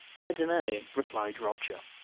i dunno, replied roger.